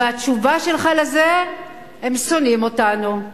והתשובה שלך לזה: הם שונאים אותנו.